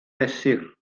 fesur